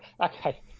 Okay